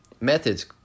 methods